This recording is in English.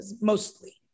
mostly